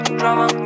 drama